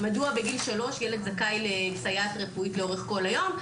מדוע בגיל 3 ילד זכאי לסייעת רפואית לאורך כל היום,